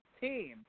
team